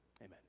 Amen